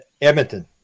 Edmonton